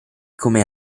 come